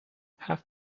half